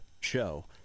show